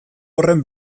horren